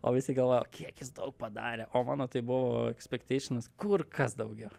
o visi galvoja kiek jis daug padarė o mano tai buvo ekspekteišinas kur kas daugiau